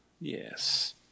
Yes